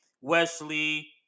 Wesley